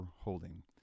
holding